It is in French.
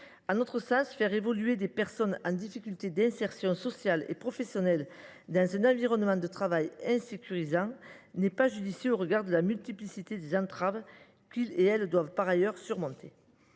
À notre sens, faire évoluer des personnes en difficulté d’insertion sociale et professionnelle dans un environnement de travail insécurisant n’est pas judicieux au regard de la multiplicité des entraves qu’elles doivent par ailleurs surmonter.